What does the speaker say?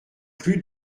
plus